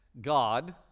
God